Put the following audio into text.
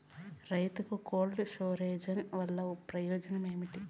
రైతుకు cold storage వల్ల ప్రయోజనం ఏమి?